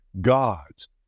God's